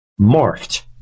morphed